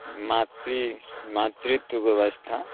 मात्री मातृत्व ब्यवस्था